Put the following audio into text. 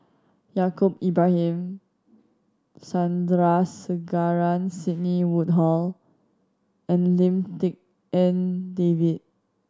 Yaacob Ibrahim Sandrasegaran Sidney Woodhull and Lim Tik En David